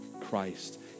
Christ